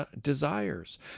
desires